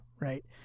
Right